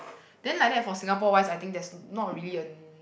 then like that for Singapore wise I think there's not really a n~